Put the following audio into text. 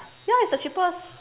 ya it's the cheapest